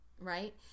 Right